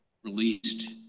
released